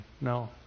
No